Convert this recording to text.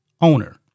owner